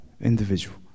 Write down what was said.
individual